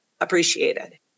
appreciated